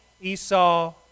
Esau